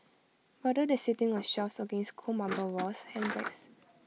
rather than sitting on shelves against cold marble walls handbags